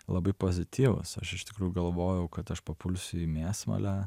labai pozityvus aš iš tikrųjų galvojau kad aš papulsiu į mėsmalę